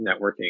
networking